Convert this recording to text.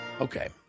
Okay